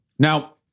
Now